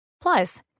Plus